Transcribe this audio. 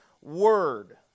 word